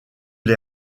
les